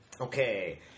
Okay